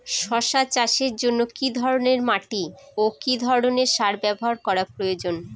শশা চাষের জন্য কি ধরণের মাটি ও কি ধরণের সার ব্যাবহার করা প্রয়োজন?